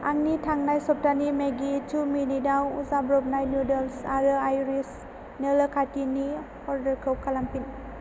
आंनि थांनाय सप्तानि मेगि थु मिनिटआव जाब्रबनाय नुदोल्स आरो आइरिस नोलो खाथिनि अर्डारखौ खालामफिन